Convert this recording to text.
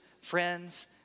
friends